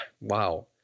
wow